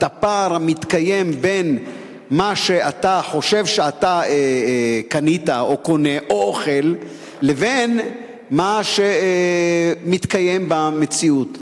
הפער המתקיים בין מה שאתה חושב שקנית או אוכל לבין מה שמתקיים במציאות.